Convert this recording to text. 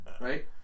right